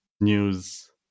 news